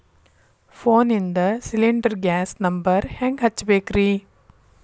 ಫೋನಿಂದ cylinder gas number ಹೆಂಗ್ ಹಚ್ಚ ಬೇಕ್ರಿ?